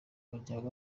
muryango